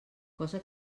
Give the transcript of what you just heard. cosa